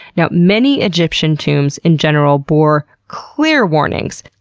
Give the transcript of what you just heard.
you know many egyptian tombs in general bore clear warnings,